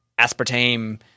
aspartame